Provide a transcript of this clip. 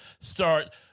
start